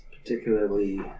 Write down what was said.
particularly